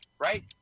Right